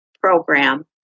program